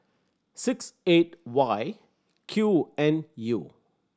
six eight Y Q N U